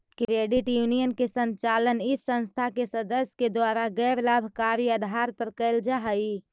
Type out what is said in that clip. credit union के संचालन इस संस्था के सदस्य के द्वारा गैर लाभकारी आधार पर कैल जा हइ